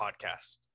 podcast